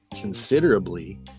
considerably